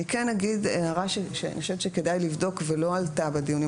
אני כן אעיר הערה שאני חושבת שכדאי לבדוק ולא עלתה בדיונים